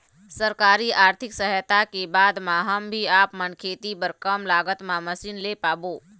सरकारी आरथिक सहायता के बाद मा हम भी आपमन खेती बार कम लागत मा मशीन ले पाबो?